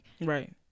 right